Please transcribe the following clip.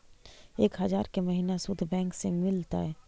एक हजार के महिना शुद्ध बैंक से मिल तय?